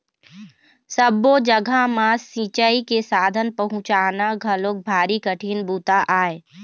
सब्बो जघा म सिंचई के साधन पहुंचाना घलोक भारी कठिन बूता आय